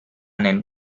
nel